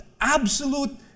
absolute